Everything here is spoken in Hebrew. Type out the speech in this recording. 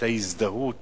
היתה הזדהות